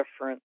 different